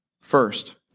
first